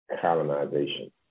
colonization